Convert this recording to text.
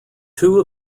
two